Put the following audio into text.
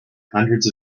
hundreds